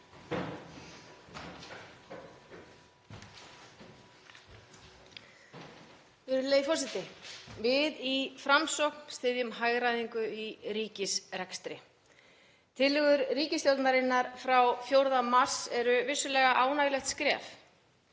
Virðulegi forseti. Við í Framsókn styðjum hagræðingu í ríkisrekstri. Tillögur ríkisstjórnarinnar frá 4. mars eru vissulega ánægjulegt skref